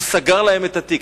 הוא סגר להם את התיק.